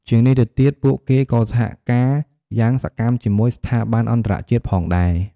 ជាងនេះទៅទៀត ពួកគេក៏សហការយ៉ាងសកម្មជាមួយ ស្ថាប័នអន្តរជាតិផងដែរ។